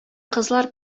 кызлар